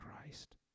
Christ